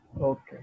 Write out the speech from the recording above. Okay